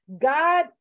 God